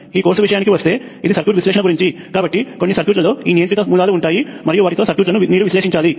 ఈ కోర్సు విషయానికి వస్తే ఇది సర్క్యూట్ విశ్లేషణ గురించి కాబట్టి కొన్ని సర్క్యూట్లలో ఈ నియంత్రిత మూలాలు ఉంటాయి మరియు వాటితో సర్క్యూట్లను మీరు విశ్లేషించాలి